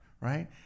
Right